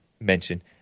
mention